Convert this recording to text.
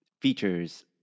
features